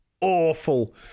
awful